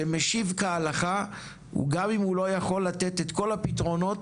שמשיב כהלכה גם אם הוא לא יכול לתת את כל הפתרונות,